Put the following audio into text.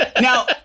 Now